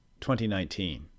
2019